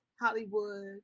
Hollywood